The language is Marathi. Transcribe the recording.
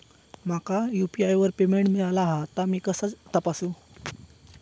माका यू.पी.आय वर पेमेंट मिळाला हा ता मी कसा तपासू?